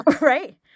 Right